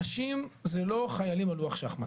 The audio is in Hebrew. אנשים זה לא חיילים על לוח שחמט.